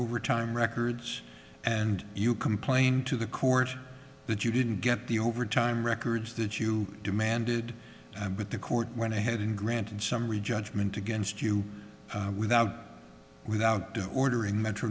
overtime records and you complain to the court that you didn't get the overtime records that you demanded but the court went ahead and granted summary judgment against you without without due order in metro